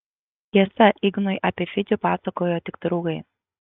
tiesa ignui apie fidžį pasakojo tik draugai